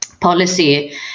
policy